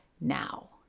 now